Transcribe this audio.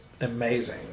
amazing